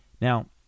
Now